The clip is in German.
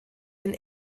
den